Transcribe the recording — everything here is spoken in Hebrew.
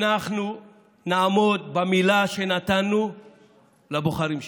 אנחנו נעמוד במילה שנתנו לבוחרים שלנו.